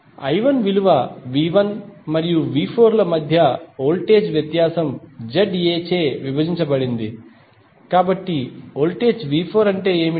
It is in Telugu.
I1విలువV1 మరియు V4 ల మధ్య వోల్టేజ్ వ్యత్యాసం ZA చే విభజించబడింది కాబట్టి వోల్టేజ్ V4 అంటే ఏమిటి